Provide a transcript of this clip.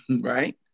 right